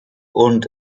und